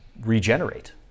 regenerate